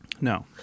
No